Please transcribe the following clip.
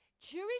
Jewish